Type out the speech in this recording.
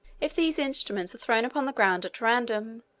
if these instruments are thrown upon the ground at random,